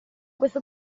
questo